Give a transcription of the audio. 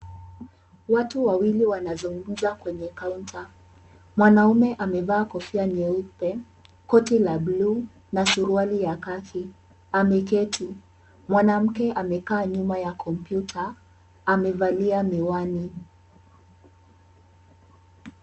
Watu wawili wanazungumza kwenye kaunta. Mwanaume amevaa kofia nyeupe, koti la bluu na suruali ya kaki ameketi. Mwanamke amekaa nyuma ya kompyuta, amevalia miwani.